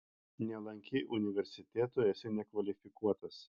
nelankei universiteto esi nekvalifikuotas